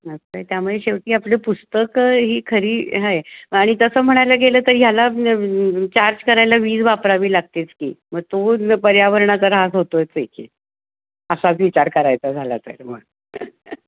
नंतर त्यामुळे शेवटी आपली पुस्तकं ही खरी आहे आणि तसं म्हणायला गेलं तर ह्याला चार्ज करायला वीज वापरावी लागतेच की मग तो पर्यावरणाचा ऱ्हास होतो आहेच की असाच विचार करायचा झाला तर मग